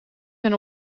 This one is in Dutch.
zijn